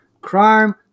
crime